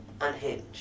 Unhinged